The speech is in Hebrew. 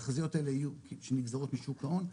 שהתחזיות האלה יגזרו משוק ההון,